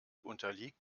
unterliegt